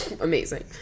Amazing